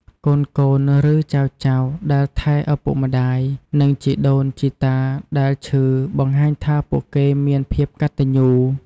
កូនៗ ឬ ចៅៗដែលថែឪពុកម្ដាយ និងជីដូនជិតាដែលឈឺបង្ហាញថាពួកគេមានភាពកត្តញ្ញូ។